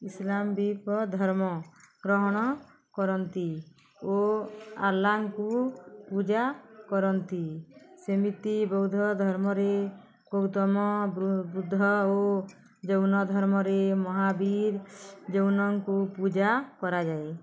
ଇସ୍ଲାମ୍ ବି ପ ଧର୍ମ ଗ୍ରହଣ କରନ୍ତି ଓ ଆଲାଙ୍କୁ ପୂଜା କରନ୍ତି ସେମିତି ବୌଦ୍ଧ ଧର୍ମରେ ଗୌତମ ବୁଦ୍ଧ ଓ ଜୈନ ଧର୍ମରେ ମହାବୀର ଜୈନଙ୍କୁ ପୂଜା କରାଯାଏ